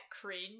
cringe